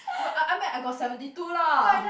but I I mean I got seventy two lah